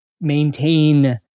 maintain